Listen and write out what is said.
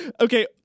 Okay